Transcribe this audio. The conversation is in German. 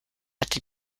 hatte